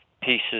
pieces